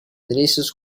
delicious